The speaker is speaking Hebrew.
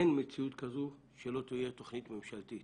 אין מציאות כזו שלא תהיה תוכנית ממשלתית.